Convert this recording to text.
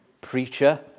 preacher